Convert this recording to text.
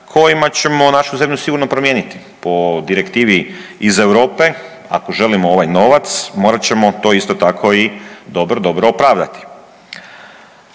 kojima ćemo našu zemlju sigurno promijeniti po direktivi iz Europe, ako želimo ovaj novac, morat ćemo to isto tako i dobro, dobro opravdati.